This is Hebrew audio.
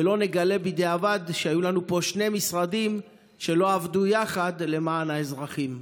ושלא נגלה בדיעבד שהיו לנו פה שני משרדים שלא עבדו יחד למען האזרחים.